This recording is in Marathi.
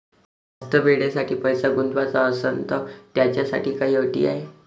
जास्त वेळेसाठी पैसा गुंतवाचा असनं त त्याच्यासाठी काही अटी हाय?